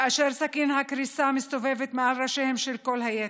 וסכין הקריסה מסתובבת מעל ראשיהם של כל היתר.